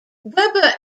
webber